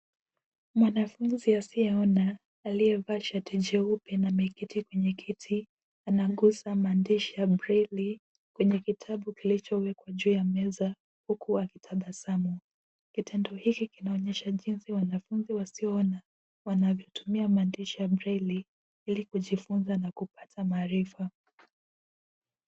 Mwanafunzi asiyeona aliyevaa shati jeupe na ameketi kwenye kiti; anaguza maandishi ya breli kwenye kitabu kilichowekwa juu ya meza huku akitabasamu. KItendo hiki kinaonyesha jinsi wanafunzi wasioona wanavyotumia maandishi ya breli ili kujifunza na kupata maarifa.